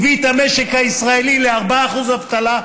הביא את המשק הישראלי ל-4% אבטלה.